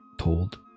told